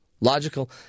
Logical